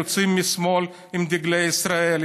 יוצאים משמאל עם דגלי ישראל,